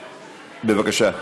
בבקשה.